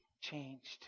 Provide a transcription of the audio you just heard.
changed